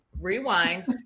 Rewind